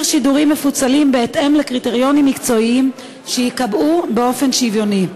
שידורים מפוצלים בהתאם לקריטריונים מקצועיים שייקבעו באופן שוויוני.